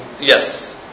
Yes